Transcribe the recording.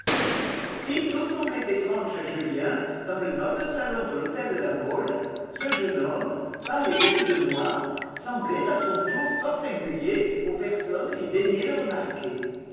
si tout semblait étrange à julien dans le noble salon de l'hôtel de la mole ce jeune homme pâle et vêtu de noir semblait à son tour fort singulier aux personnes qui daignaient le remarquer